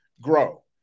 grow